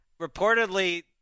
reportedly